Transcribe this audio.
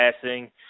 passing